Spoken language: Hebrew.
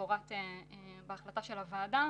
מפורטות בהחלטת הוועדה.